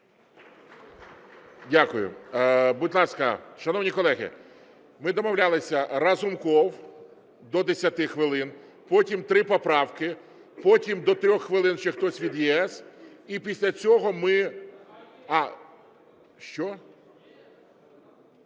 Дякую. Будь ласка, шановні колеги, ми домовлялися, Разумков – до 10 хвилин, потім три поправки, потім до 3 хвилин ще хтось від "ЄС", і після цього ми… Що?